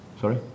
Sorry